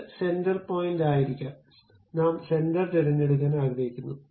ഇത് സെന്റർ പോയിന്റായിരിക്കാം നാം സെന്റർ തിരഞ്ഞെടുക്കാൻ ആഗ്രഹിക്കുന്നു